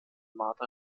martha